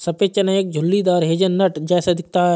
सफेद चना एक झुर्रीदार हेज़लनट जैसा दिखता है